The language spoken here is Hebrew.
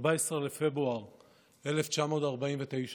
14 בפברואר 1949,